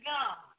God